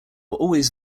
always